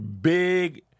Big